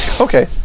Okay